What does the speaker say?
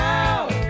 out